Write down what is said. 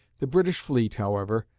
the british fleet, however,